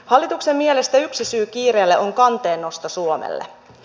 hallituksen mielestä yksi syy kiireelle on kanteen nosto suomelle